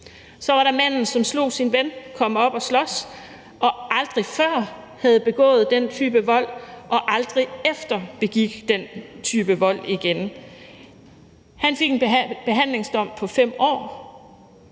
Så var der manden, som kom op at slås og slog sin ven, og som aldrig før havde udøvet den type vold og aldrig efter udøvede den type vold igen. Han fik en behandlingsdom på 5 år.